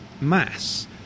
mass